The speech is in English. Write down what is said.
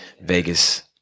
Vegas